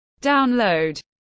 download